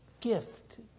gift